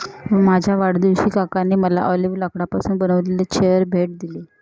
माझ्या वाढदिवशी काकांनी मला ऑलिव्ह लाकडापासून बनविलेली चेअर भेट दिली